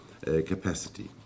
capacity